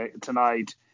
tonight